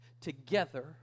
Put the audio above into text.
together